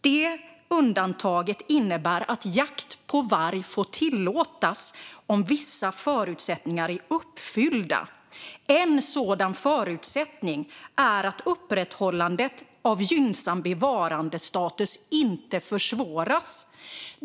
Det undantaget innebär att jakt på varg får tillåtas om vissa förutsättningar är uppfyllda. En sådan förutsättning är att upprätthållandet av gynnsam bevarandestatus inte försvåras.